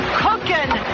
cooking